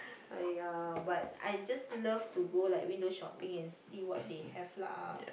!aiya! but I just love to go like window shopping and see what they have lah